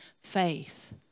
faith